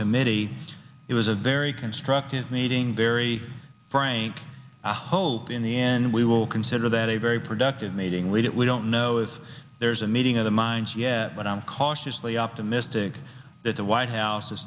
committee it was a very constructive meeting very frank i hope in the end we will consider that a very productive meeting read it we don't know if there's a meeting of the minds yet but i'm cautiously optimistic that the white house is